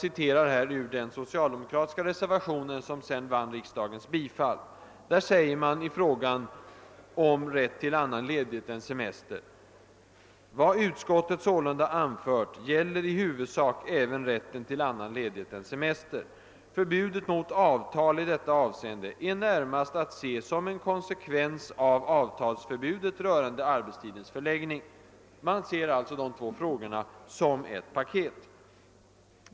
I den socialdemokratiska reservationen, som vann riksdagens bifall, säger man i fråga om rätt till annan ledignet än semester: »Vad utskottet sålunda anfört gäller i huvudsak även rätten till annan ledighet än semester. Förbudet mot avtal i detta avseende är närmast att se som en konsekvens av avtalsförbudet rörande = arbetstidens förläggning.« Man ser alltså frågorna som ett paket.